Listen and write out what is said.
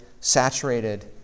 saturated